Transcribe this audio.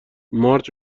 مارج